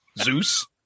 Zeus